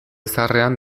zaharrean